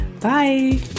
Bye